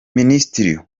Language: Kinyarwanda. minisitiri